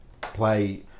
play